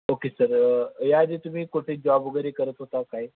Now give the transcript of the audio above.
okay sir याआधी तुम्ही कुठे जॉब वगैरे करत होता काय